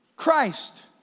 Christ